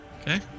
Okay